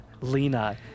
Lena